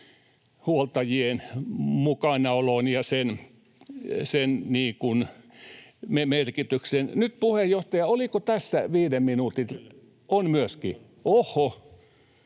huoltajien mukanaolon ja sen merkityksen. Nyt puheenjohtaja, oliko tässä viiden minuutin raja? On myöskin? Ohhoh,